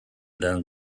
then